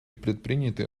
предприняты